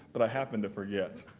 but i happened to forget.